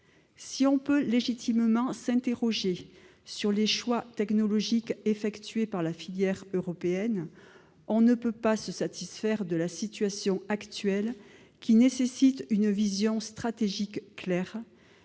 Si on peut légitimement s'interroger sur les choix technologiques effectués par la filière européenne, on ne peut pas se satisfaire de la situation actuelle, qui nécessite une vision stratégique claire.